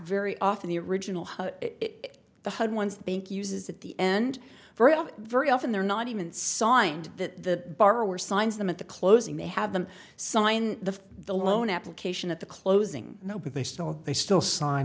very often the original the hud ones the bank uses at the end very very often they're not even signed the bar were signs them at the closing they have them sign the the loan application at the closing no but they still they still sign